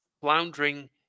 floundering